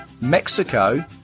Mexico